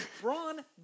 Braun